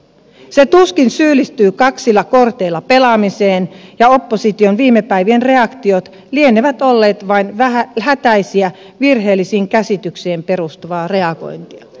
se tuskin syyllistyy kaksilla korteilla pelaamiseen ja opposition viime päivien reaktiot lienevät olleet vain hätäistä virheellisiin käsityksiin perustuvaa reagointia